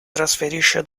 trasferisce